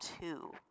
two